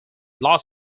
los